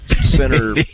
center